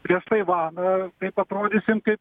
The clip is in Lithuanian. prieš taivaną kaip atrodysim kaip